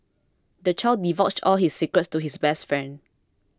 the child divulged all his secrets to his best friend